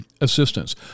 assistance